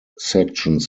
sections